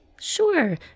Sure